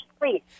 please